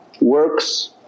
works